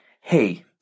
Hey